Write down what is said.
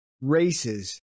races